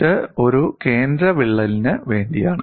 ഇത് ഒരു കേന്ദ്ര വിള്ളലിന് വേണ്ടിയാണ്